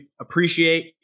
appreciate